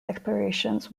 explorations